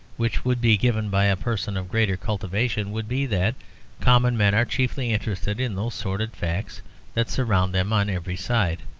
which would be given by a person of greater cultivation, would be that common men are chiefly interested in those sordid facts that surround them on every side.